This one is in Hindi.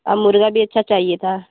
और मुर्गा भी अच्छा चाहिए था